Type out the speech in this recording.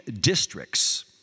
districts